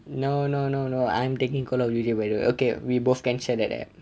no no no no I'm taking call of duty okay we both can share that leh